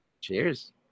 Cheers